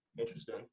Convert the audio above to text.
interesting